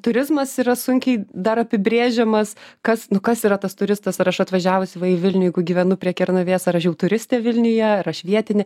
turizmas yra sunkiai dar apibrėžiamas kas nu kas yra tas turistas ar aš atvažiavus va į vilnių jeigu gyvenu prie kernavės ar aš jau turistė vilniuje ar aš vietinė